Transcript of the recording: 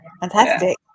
fantastic